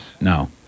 No